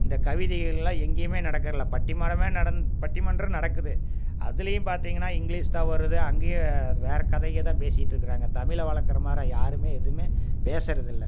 இந்தக் கவிதைகள்லாம் எங்கேயுமே நடக்குறதில்லை பட்டிமாடமே நடந் பட்டிமன்றம் நடக்குது அதிலயும் பார்த்திங்கன்னா இங்கிலீஷ் தான் வருது அங்கேயும் அது வேற கதைகள்தான் பேசிகிட்ருக்குறாங்க தமிழை வளர்க்குறமார யாருமே எதுவுமே பேசுறதில்லை